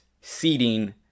seating